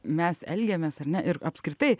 mes elgiamės ar ne ir apskritai